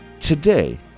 today